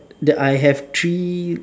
that I have three